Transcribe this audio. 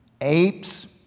Apes